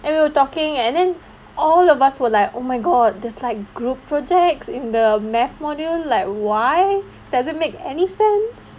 and we were talking and then all of us were like oh my god there's like group projects in the mathematics module like why does it make any sense